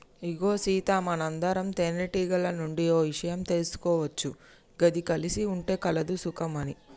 ఇగో సీత మనందరం తేనెటీగల నుండి ఓ ఇషయం తీసుకోవచ్చు గది కలిసి ఉంటే కలదు సుఖం అని